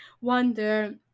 wonder